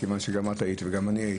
מכיוון שגם את וגם אני הייתי,